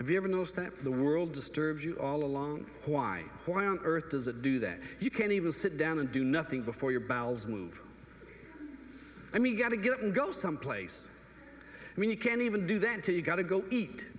have you ever noticed that the world disturbs you all along why why on earth does it do that you can't even sit down and do nothing before your bowels move i mean gotta get up and go someplace and you can't even do that to you got to go eat